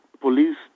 police